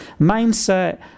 mindset